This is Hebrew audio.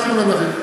אנחנו לא נריב.